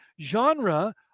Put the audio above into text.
genre